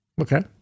Okay